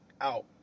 out